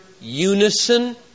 unison